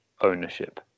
ownership